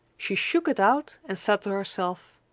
she shook it out and said to herself,